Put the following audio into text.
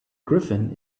griffin